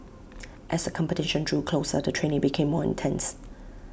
as the competition drew closer the training became more intense